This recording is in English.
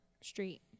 street